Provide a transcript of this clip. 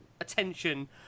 attention